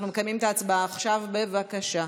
אנחנו מקיימים את ההצבעה עכשיו, בבקשה.